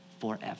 forever